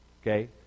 Okay